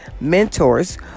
mentors